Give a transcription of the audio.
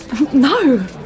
No